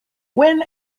when